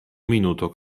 minuto